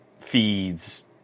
Feeds